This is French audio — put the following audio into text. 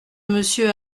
monsieur